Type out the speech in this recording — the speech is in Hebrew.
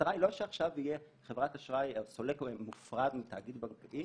המטרה היא שלא תהיה חברת אשראי מופרדת מתאגיד בנקאי